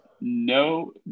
no